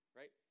right